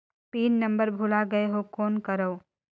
Pin number भुला गयें हो कौन करव?